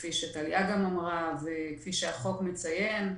כפי שטליה גם אמרה וכפי שהחוק מציין,